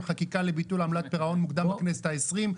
חקיקה לביטול עמלת פירעון מוקדם בכנסת ה-20,